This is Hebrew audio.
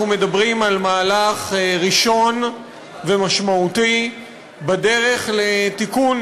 אנחנו מדברים על מהלך ראשון ומשמעותי בדרך לתיקון